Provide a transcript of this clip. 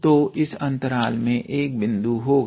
तो इस अंतराल में एक बिंदु होगा